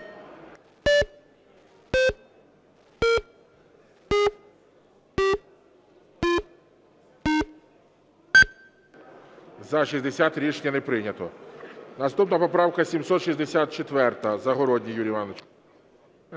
За-60 Рішення не прийнято. Наступна поправка 764. Загородній Юрій Іванович.